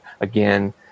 again